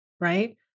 right